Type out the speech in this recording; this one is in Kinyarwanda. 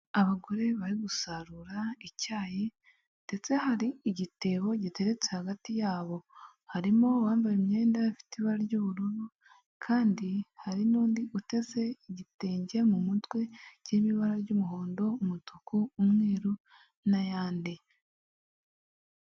Abagore bari gusarura icyayi, ndetse hari igitebo gitetse hagati yabo, harimo uwambaye imyenda ifite ibara ry'ubururu, kandi hari n'undi uteze igitenge mu mutwe kirimo ibara ry'umuhondo, umutuku, umweru, n'ayandi.